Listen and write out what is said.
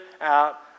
out